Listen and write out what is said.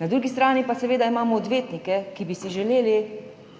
na drugi strani pa imamo seveda odvetnike, ki bi si želeli